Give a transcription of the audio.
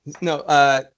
No